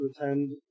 attend